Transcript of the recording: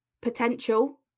potential